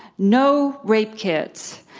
no rape kits.